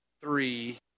three